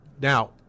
Now